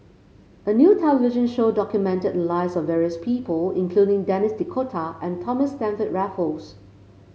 a new television show documented lives of various people including Denis D'Cotta and Thomas Stamford Raffles